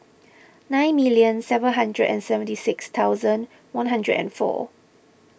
nine million seven hundred and seventy six thousand one hundred and four